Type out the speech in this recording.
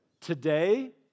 Today